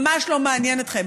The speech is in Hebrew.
ממש לא מעניין אתכם.